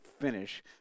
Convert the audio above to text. finish